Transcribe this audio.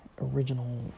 original